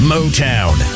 Motown